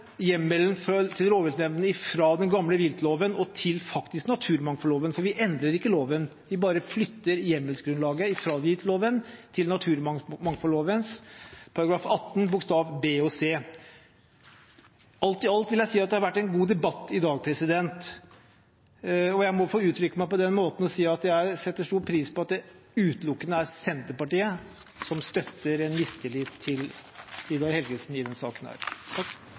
hjemmelen til rovviltnemndene fra den gamle viltloven og til naturmangfoldloven, for vi endrer ikke loven, vi bare flytter hjemmelsgrunnlaget fra viltloven til naturmangfoldloven § 18 første ledd bokstav b og c. Alt i alt vil jeg si at det har vært en god debatt i dag, og jeg må få uttrykke meg på den måten og si at jeg setter stor pris på at det utelukkende er Senterpartiet som støtter mistillit mot statsråd Vidar Helgesen i denne saken.